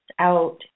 out